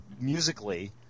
musically